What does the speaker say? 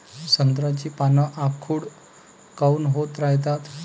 संत्र्याची पान आखूड काऊन होत रायतात?